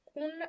Un